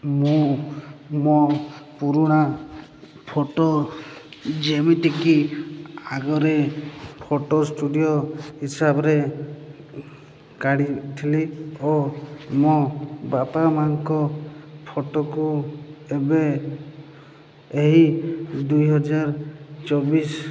ମୁଁ ମୋ ପୁରୁଣା ଫଟୋ ଯେମିତିକି ଆଗରେ ଫଟୋ ଷ୍ଟୁଡ଼ିଓ ହିସାବରେ କାଢ଼ିଥିଲି ଓ ମୋ ବାପା ମାଆଙ୍କ ଫଟୋକୁ ଏବେ ଏହି ଦୁଇହଜାର ଚବିଶ